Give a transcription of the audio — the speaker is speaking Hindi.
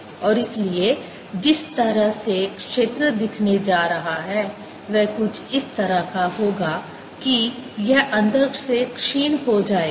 और इसलिए जिस तरह से क्षेत्र दिखने जा रहा है वह कुछ इस तरह का होगा कि यह अंदर से क्षीण हो जाएगा